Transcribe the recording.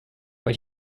but